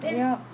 yup